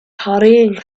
hurrying